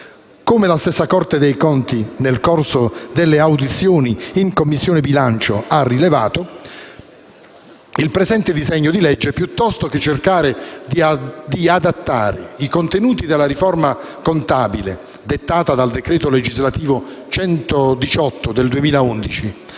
Come la stessa Corte dei conti ha rilevato nel corso delle audizioni in Commissione bilancio, il presente disegno di legge, piuttosto che cercare di adattare i contenuti della riforma contabile dettata dal decreto legislativo n. 118 del 2011